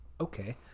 Okay